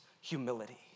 humility